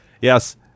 yes